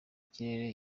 ikirere